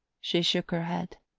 she shook her head.